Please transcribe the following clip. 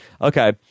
Okay